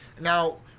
Now